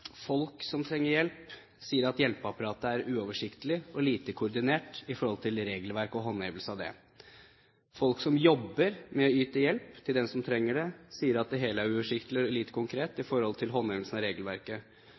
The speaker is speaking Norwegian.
uoversiktlig og lite koordinert i forhold til regelverket og håndhevelsen av det. Folk som jobber med å yte hjelp til dem som trenger det, sier at det hele er uoversiktlig og lite konkret i forhold til håndhevelsen av regelverket.